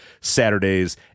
Saturdays